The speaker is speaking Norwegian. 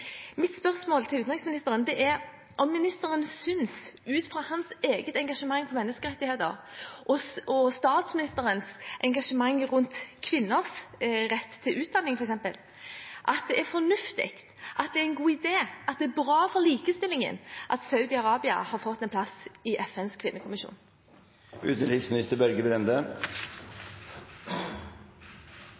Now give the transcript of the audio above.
ministeren, ut fra sitt eget engasjement når det gjelder menneskerettigheter, og statsministerens engasjement rundt kvinners rett til utdanning, f.eks., at det er fornuftig, at det er en god idé, at det er bra for likestillingen at Saudi-Arabia har fått en plass i FNs kvinnekommisjon?